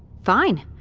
fine.